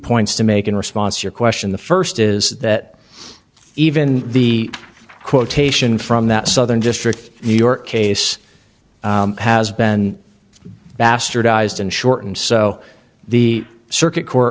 points to make in response to your question the first is that even the quotation from that southern district of new york case has been bastardized and shortened so the circuit court